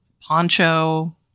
poncho